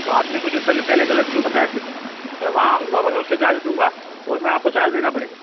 तो आपने मुझे पहले पहले गलत क्यों बताया फिर मैं वहाँ आऊँगा मगर उसके चार्ज लूँगा और मैं आपको चार्ज देना पड़ेगा